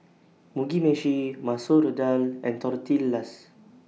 Mugi Meshi Masoor Dal and Tortillas